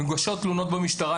מוגשות תלונות במשטרה.